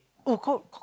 oh coke